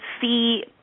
see